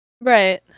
right